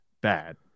bad